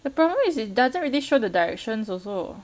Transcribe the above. the problem is it doesn't really show the directions also